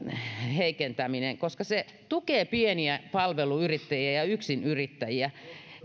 heikentäminen koska se tukee pieniä palveluyrittäjiä ja yksinyrittäjiä